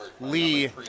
Lee